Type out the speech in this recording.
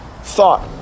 thought